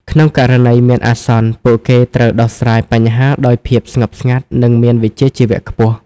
ក្នុងករណីមានអាសន្ន ពួកគេត្រូវដោះស្រាយបញ្ហាដោយភាពស្ងប់ស្ងាត់និងមានវិជ្ជាជីវៈខ្ពស់។